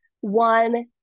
one